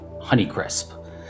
Honeycrisp